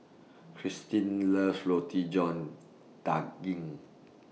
Kirstin loves Roti John Daging